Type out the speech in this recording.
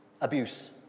abuse